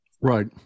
Right